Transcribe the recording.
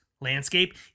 landscape